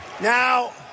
Now